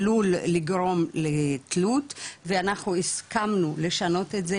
עלול לגרום לתלות ואנחנו הסכמנו לשנות את זה,